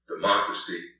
Democracy